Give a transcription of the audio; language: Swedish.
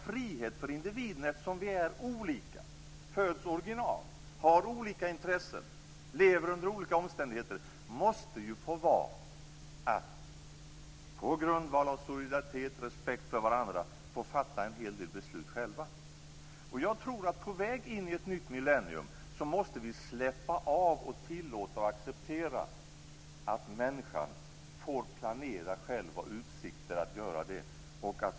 Frihet för individen - vi är olika och föds som original, har olika intressen och lever under olika omständigheter - måste få vara att på grundval av solidaritet, respekt för varandra, fatta beslut själv. På väg in i ett nytt millennium måste vi släppa av och tillåta och acceptera att människan får planera själv.